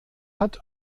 hat